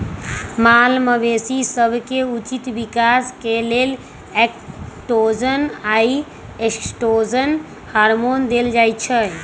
माल मवेशी सभके उचित विकास के लेल एंड्रोजन आऽ एस्ट्रोजन हार्मोन देल जाइ छइ